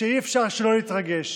שאי-אפשר שלא להתרגש.